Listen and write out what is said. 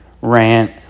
rant